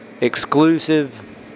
exclusive